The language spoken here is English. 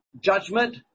judgment